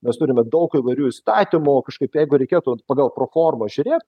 mes turime daug įvairių įstatymų kažkaip jeigu reikėtų vat pagal prokorumą žiūrėt